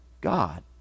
God